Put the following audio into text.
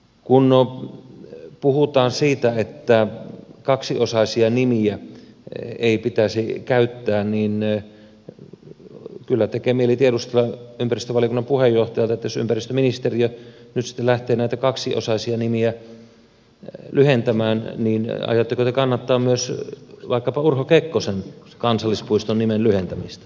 kun puhutaan siitä että kaksiosaisia nimiä ei pitäisi käyttää niin kyllä tekee mieli tiedustella ympäristövaliokunnan puheenjohtajalta että jos ympäristöministeriö nyt sitten lähtee näitä kaksiosaisia nimiä lyhentämään niin aiotteko te kannattaa myös vaikkapa urho kekkosen kansallispuiston nimen lyhentämistä